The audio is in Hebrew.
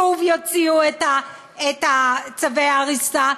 שוב יוציאו את צווי ההריסה,